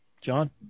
John